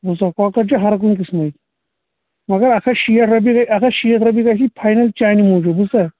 وُچھ سا کۄکر چھُ ہر کُنہِ قٕٔسمُک مگر اکھ ہتھ شیٖتھ رۄپیہِ اکھ ہتھ شیٹھ رۅپیہِ گٔژھی فاینل چانہِ موٗجوٗب بوٗزتھا